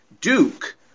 Duke